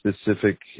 specific